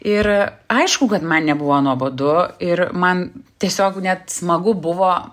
ir aišku kad man nebuvo nuobodu ir man tiesiog net smagu buvo